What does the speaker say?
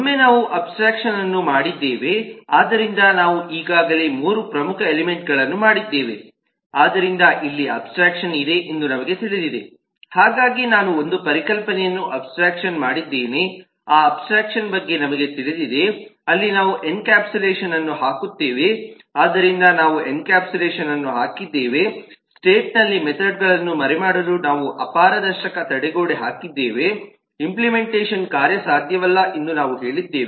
ಒಮ್ಮೆ ನಾವು ಅಬ್ಸ್ಟ್ರಾಕ್ಷನ್ಅನ್ನು ಮಾಡಿದ್ದೇವೆ ಆದ್ದರಿಂದ ನಾವು ಈಗಾಗಲೇ 3 ಪ್ರಮುಖ ಎಲಿಮೆಂಟ್ಗಳನ್ನು ಮಾಡಿದ್ದೇವೆ ಆದ್ದರಿಂದ ಇಲ್ಲಿ ಅಬ್ಸ್ಟ್ರಾಕ್ಷನ್ ಇದೆ ಎಂದು ನಮಗೆ ತಿಳಿದಿದೆ ಹಾಗಾಗಿ ನಾನು ಒಂದು ಪರಿಕಲ್ಪನೆಯನ್ನು ಅಬ್ಸ್ಟ್ರಾಕ್ಟ್ದ್ ಮಾಡಿದ್ದೇನೆ ಆ ಅಬ್ಸ್ಟ್ರಾಕ್ಷನ್ ಬಗ್ಗೆ ನಮಗೆ ತಿಳಿದಿದೆ ಅಲ್ಲಿ ನಾವು ಎನ್ಕ್ಯಾಪ್ಸುಲೇಷನ್ ಅನ್ನು ಹಾಕುತ್ತೇವೆ ಆದ್ದರಿಂದ ನಾವು ಎನ್ಕ್ಯಾಪ್ಸುಲೇಷನ್ ಅನ್ನು ಹಾಕಿದ್ದೇವೆ ಸ್ಟೇಟ್ನಲ್ಲಿ ಮೆಥೆಡ್ಗಳನ್ನು ಮರೆಮಾಡಲು ನಾವು ಅಪಾರದರ್ಶಕ ತಡೆಗೋಡೆ ಹಾಕಿದ್ದೇವೆ ಇಂಪ್ಲೆಮೆಂಟೇಷನ್ ಕಾರ್ಯಸಾಧ್ಯವಲ್ಲ ಎಂದು ನಾವು ಹೇಳಿದ್ದೇವೆ